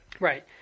Right